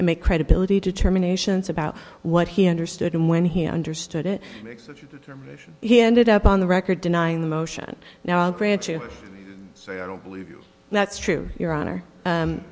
and make credibility determinations about what he understood and when he understood it he ended up on the record denying the motion now i'll grant you that's true your hon